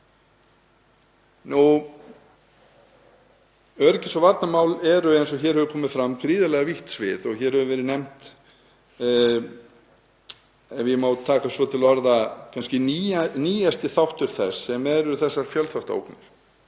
Öryggis- og varnarmál eru, eins og hér hefur komið fram, gríðarlega vítt svið og hér hefur verið nefndur, ef ég má taka svo til orða, nýjasti þáttur þess sem eru þessar fjölþáttaógnir.